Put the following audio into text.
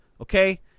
Okay